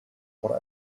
what